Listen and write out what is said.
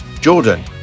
Jordan